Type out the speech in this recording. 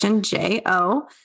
J-O